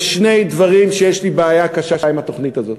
בשני דברים יש לי בעיה קשה עם התוכנית הזאת.